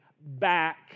back